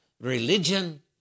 religion